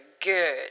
good